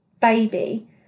baby